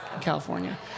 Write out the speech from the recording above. California